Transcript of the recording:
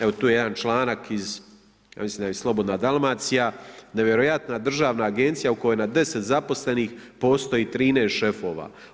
Evo, tu je jedan članak iz, ja mislim da je Slobodna Dalmacija, nevjerojatna državna agencija u kojoj na 10 zaposlenih postoji 13 šefova.